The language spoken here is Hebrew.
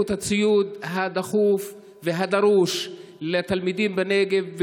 את הציוד הדחוף הדרוש לתלמידים בנגב,